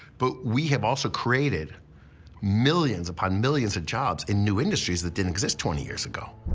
but we have also created millions upon millions of jobs in new industries that didn't exist twenty years ago.